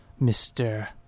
Mr